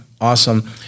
awesome